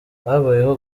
habayeho